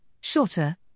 shorter